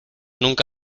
nunca